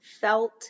felt